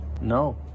No